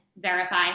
verify